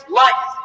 life